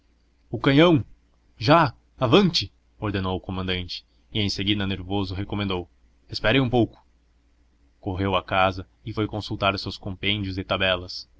o canhão já avante ordenou o comandante e em seguida nervoso recomendou esperem um pouco correu a casa e foi consultar os seus compêndios e tabelas